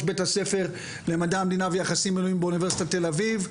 בית-הספר ל מדע המדינה ויחסים בין-לאומיים באוניברסיטת תל אביב.